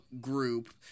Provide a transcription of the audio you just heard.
group